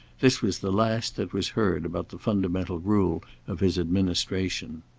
this was the last that was heard about the fundamental rule of his administration.